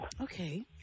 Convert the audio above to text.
Okay